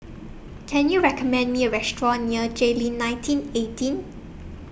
Can YOU recommend Me A Restaurant near Jayleen nineteen eighteen